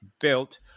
built